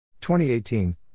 2018